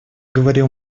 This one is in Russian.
говорил